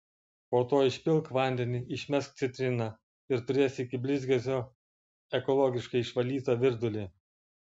po to išpilk vandenį išmesk citriną ir turėsi iki blizgesio ekologiškai išvalytą virdulį